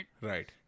Right